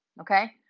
okay